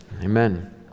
amen